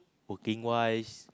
working wise